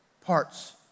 parts